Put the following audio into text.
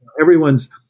everyone's